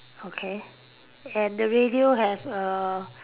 okay and the radio have a